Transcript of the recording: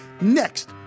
next